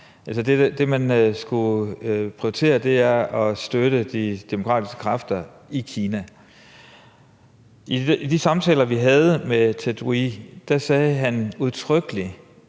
det, man skulle prioritere, er at støtte de demokratiske kræfter i Kina. I de samtaler, vi havde med Ted Hui, sagde han udtrykkeligt,